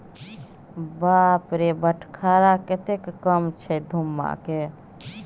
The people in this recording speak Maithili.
बाप रे बटखरा कतेक कम छै धुम्माके